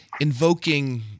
invoking –